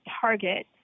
target